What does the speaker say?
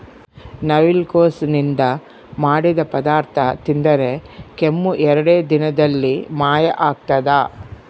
ನವಿಲುಕೋಸು ನಿಂದ ಮಾಡಿದ ಪದಾರ್ಥ ತಿಂದರೆ ಕೆಮ್ಮು ಎರಡೇ ದಿನದಲ್ಲಿ ಮಾಯ ಆಗ್ತದ